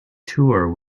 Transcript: tour